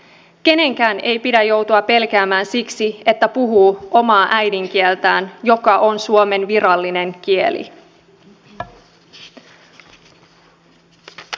kenenkään ei pidä joutua pelkäämään siksi että puhuu omaa äidinkieltään joka on suomen virallinen kieli